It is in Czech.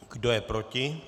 Kdo je proti?